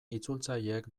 itzultzaileek